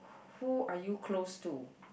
who are you close to